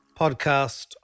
podcast